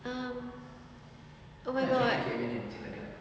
um oh my god